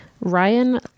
Ryan